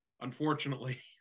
unfortunately